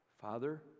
Father